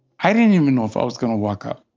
i didn't even know if i was going to walk out.